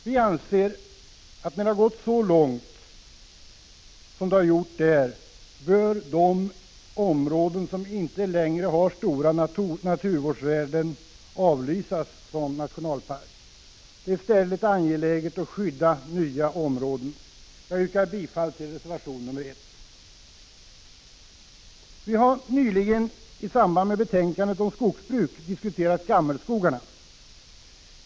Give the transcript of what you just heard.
Vi anser att när det har gått så långt som det har gjort där bör området, som inte längre har stort naturvårdsvärde, avlysas som nationalpark. Det är i stället angeläget att skydda nya områden. Jag yrkar bifall till reservation 1. Vi har nyligen i samband med betänkandet om skogsbruk diskuterat gammelskogarna.